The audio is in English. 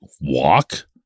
walk